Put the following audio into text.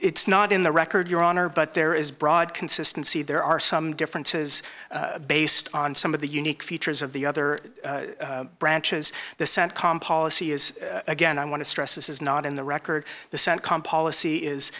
it's not in the record your honor but there is broad consistency there are some differences based on some of the unique features of the other branches the centcom policy is again i want to stress this is not in the record the centcom policy is